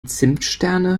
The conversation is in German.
zimtsterne